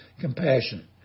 compassion